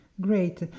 Great